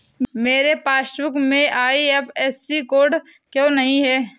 मेरे पासबुक में IFSC code क्यो नहीं है?